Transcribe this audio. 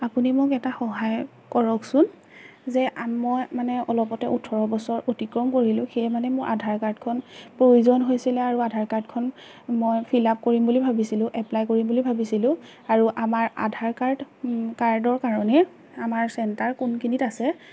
আপুনি মোক এটা সহায় কৰকচোন যে মই মানে অলপতে ওঠৰ বছৰ অতিক্ৰম কৰিলোঁ সেয়ে মানে মোৰ আধাৰ কাৰ্ডখন প্ৰয়োজন হৈছিলে আৰু আধাৰ কাৰ্ডখন মই ফিল আপ কৰিম বুলি ভাবিছিলোঁ এপ্লাই কৰিম বুলি ভাবিছিলোঁ আৰু আমাৰ আধাৰ কাৰ্ড কাৰ্ডৰ কাৰণে আমাৰ চেণ্টাৰ কোনখিনিত আছে